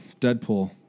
Deadpool